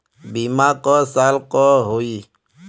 बीमा क साल क होई?